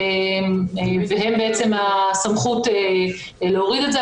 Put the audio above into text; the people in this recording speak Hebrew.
והם בעצם הסמכות להוריד את זה,